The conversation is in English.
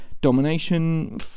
Domination